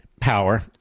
power